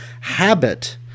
habit